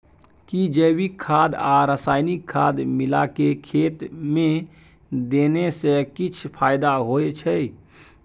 कि जैविक खाद आ रसायनिक खाद मिलाके खेत मे देने से किछ फायदा होय छै?